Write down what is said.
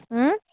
ऊं